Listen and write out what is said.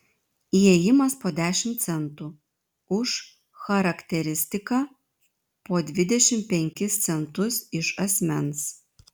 įėjimas po dešimt centų už charakteristiką po dvidešimt penkis centus iš asmens